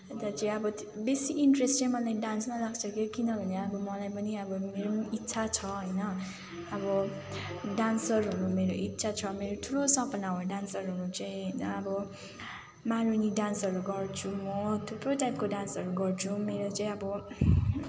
अन्त चाहिँ अब बेसी इन्ट्रेस्ट मलाई डान्समा लाग्छ के हो किनभने अब मलाई पनि अब मेरो पनि इच्छा छ होइन अब डान्सर हुनु मेरो इच्छा छ मेरो ठुलो सपना हो डान्सर हुनु चाहिँ होइन अब मारुनी डान्सहरू गर्छु म थुप्रो टाइपको डान्सहरू गर्छु मेरो चाहिँ अब